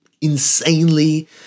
insanely